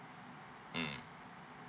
mm